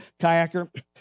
kayaker